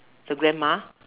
the grandma